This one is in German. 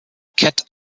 cat